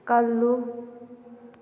ꯀꯜꯂꯨ